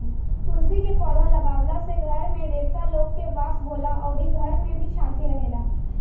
तुलसी के पौधा लागावला से घर में देवता लोग के वास होला अउरी घर में भी शांति रहेला